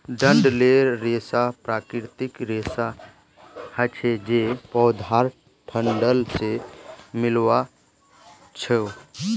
डंठलेर रेशा प्राकृतिक रेशा हछे जे पौधार डंठल से मिल्आ छअ